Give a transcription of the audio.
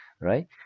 right